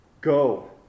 Go